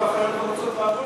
אחיות לא רוצות לעבוד,